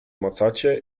macacie